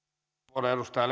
puhemies edustaja